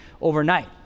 overnight